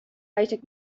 isaac